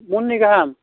महननै गाहाम